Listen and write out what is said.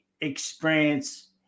experience